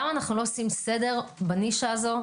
למה אנו לא עושים סדר בנישה הזאת.